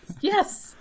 Yes